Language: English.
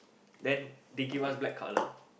then they give us black color